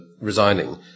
resigning